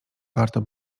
warto